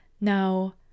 Now